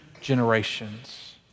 generations